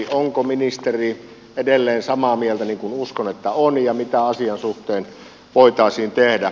onko ministeri edelleen samaa mieltä niin kuin uskon että on ja mitä asian suhteen voitaisiin tehdä